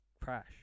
crash